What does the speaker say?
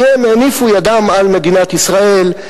כי הם הניפו ידם על מדינת ישראל,